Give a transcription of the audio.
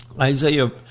Isaiah